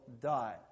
die